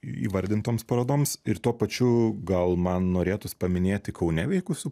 įvardintoms parodoms ir tuo pačiu gal man norėtųs paminėti kaune veikusių